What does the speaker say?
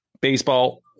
baseball